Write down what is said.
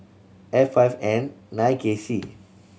F five N nine K C